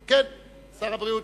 בבקשה,